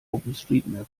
openstreetmap